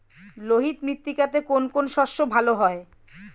লোহিত মৃত্তিকাতে কোন কোন শস্য ভালো হয়?